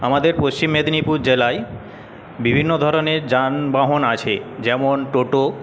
আমাদের পশ্চিম মেদিনীপুর জেলায় বিভিন্নধরনের যানবাহন আছে যেমন টোটো